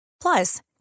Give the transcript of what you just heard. Plus